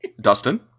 Dustin